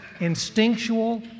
instinctual